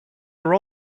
are